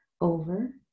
over